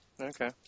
Okay